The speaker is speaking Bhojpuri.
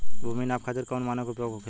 भूमि नाप खातिर कौन मानक उपयोग होखेला?